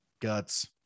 guts